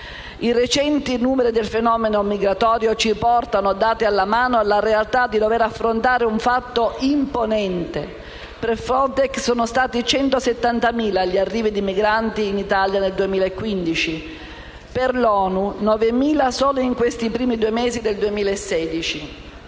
I recenti numeri del fenomeno migratorio ci riportano, dati alla mano, alla realtà di dover affrontare un fatto imponente: per Frontex sono stati 170.000 gli arrivi di migranti in Italia nel 2015; per l'ONU 9.000 solo in questi primi due mesi del 2016.